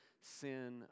sin